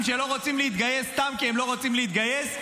שלא רוצים להתגייס סתם כי הם לא רוצים להתגייס.